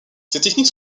techniques